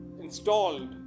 installed